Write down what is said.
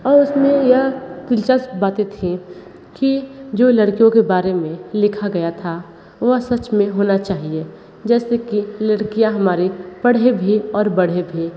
और उसमें यह दिलचस्प बातें थीं कि जो लड़कियों के बारे में लिखा गया था वह सच में होना चाहिए जैसे कि लड़कियाँ हमारी पढ़े भी और बढे़ भी